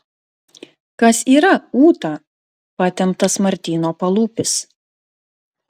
kas yra ūta patemptas martyno palūpis